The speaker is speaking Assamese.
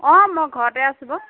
অ' মই ঘৰতে আছো বাউ